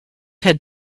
had